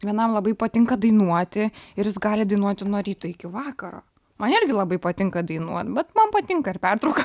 vienam labai patinka dainuoti ir jis gali dainuoti nuo ryto iki vakaro man irgi labai patinka dainuot bet man patinka ir pertrauka